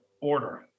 order